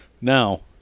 now